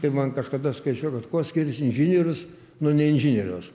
kaip man kažkada skaičiau kad kuo skiriasi inžinierius nuo neinžinieriaus